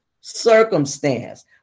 circumstance